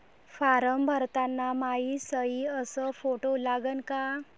Form भरताना मायी सयी अस फोटो लागन का?